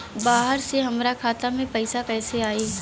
बाहर से हमरा खाता में पैसा कैसे आई?